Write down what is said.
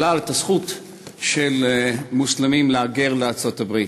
שלל את הזכות של מוסלמים להגר לארצות-הברית,